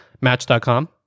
Match.com